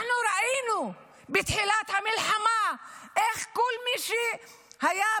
אנחנו ראינו בתחילת המלחמה איך כל מי שהייתה